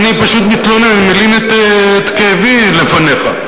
ואני פשוט מתלונן, מלין את כאבי לפניך.